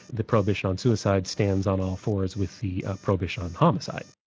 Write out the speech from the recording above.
the prohibition on suicide stands on all fours with the prohibition on homicide.